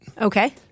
Okay